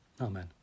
Amen